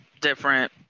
different